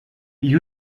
gli